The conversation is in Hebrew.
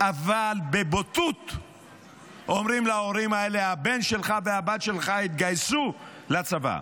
אבל בבוטות אומרים להורים האלה: הבן שלך או הבת שלך התגייסו לצבא,